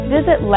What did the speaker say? Visit